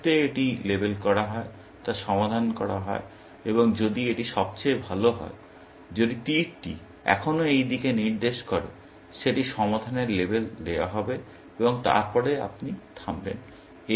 যে মুহুর্তে এটি লেবেল করা হয় তা সমাধান করা হয় এবং যদি এটি সবচেয়ে ভাল হয় যদি তীরটি এখনও এই দিকে নির্দেশ করে সেটি সমাধানের লেবেল দেওয়া হবে এবং তারপরে আপনি থামবেন